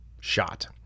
shot